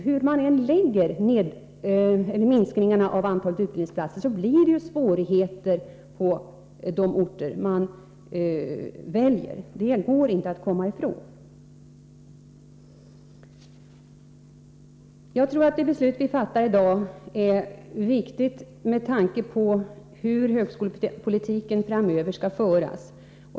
Hur vi än fördelar minskningarna av antalet utbildningsplatser blir det svårigheter på de orter som vi väljer. Det går inte att komma ifrån. Jag anser att det beslut som riksdagen i dag skall fatta är viktigt med tanke på hur högskolepolitiken framöver skall föras.